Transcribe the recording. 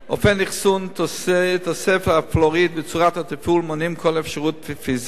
אופן אחסון תוסף הפלואוריד וצורת התפעול מונעים כל אפשרות פיזית